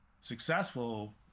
successful